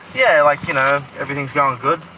yeah like you know, everything is going good.